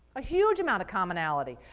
a huge amount of commonality,